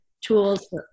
tools